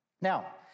Now